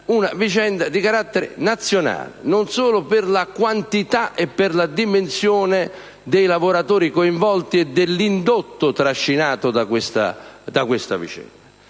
una vicenda di carattere nazionale. Dico ciò, non solo per la quantità e per la dimensione dei lavoratori coinvolti e dell'indotto trascinato da questa vicenda.